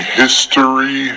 history